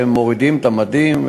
שמורידים את המדים,